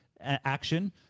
action